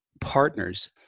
partners